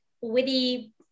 witty